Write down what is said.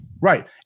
Right